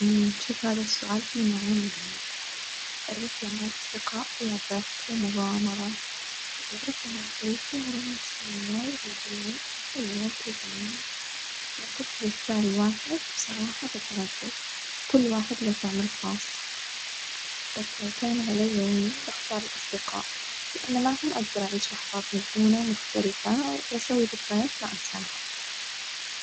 شوف هذ السؤال فيه نوعين من المتع، الرحلة مع الأصدقاء فيها الضحك والمغامرة، والرحلة مع الشريك فيها رومانسية وهدوء وحلوة وكدة يعني، لوجولتلي اختاري واحد بصراحة بتردد، كل واحد له طعمه الخاص، بس لو كان عليا يعني بختار الأصدقاء لإن معهم أجدر أعيش لحظات مجنونة ومختلفة وأسوي ذكريات ما أنساها.